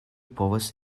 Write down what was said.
povas